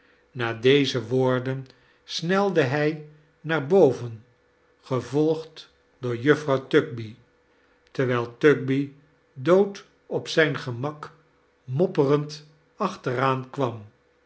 na deze woordein sneide hij naar boven gevolgd door juffrouw tugby terwijl tugby dood op zijn gernak moppenend achteraan kwam